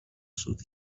سود